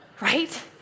Right